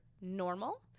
normal